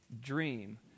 dream